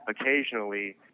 occasionally